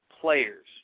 players